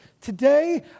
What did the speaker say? Today